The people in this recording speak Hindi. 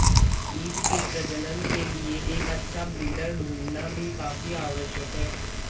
ईव के प्रजनन के लिए एक अच्छा ब्रीडर ढूंढ़ना भी काफी आवश्यक है